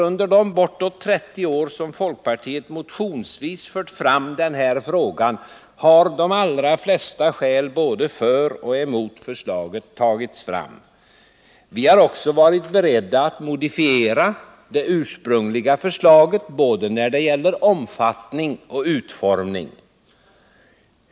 Under de bortåt 30 år som folkpartiet motionsvis fört fram den här frågan har de flesta skäl både för och emot förslaget tagits fram. Vi har också varit beredda att modifiera det ursprungliga förslaget både när det gäller omfattning och när det gäller utformning.